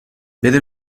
بده